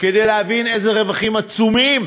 כדי להבין איזה רווחים עצומים